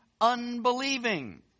unbelieving